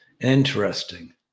Interesting